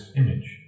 image